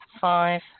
five